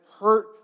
hurt